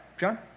John